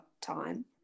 time